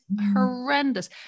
horrendous